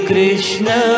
Krishna